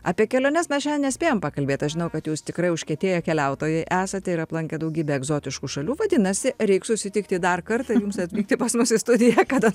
apie keliones mes šiandien nespėjom pakalbėt aš žinau kad jūs tikrai užkietėję keliautojai esate ir aplankę daugybę egzotiškų šalių vadinasi reiks susitikti dar kartą ir jums atvykti pas mus į studiją kada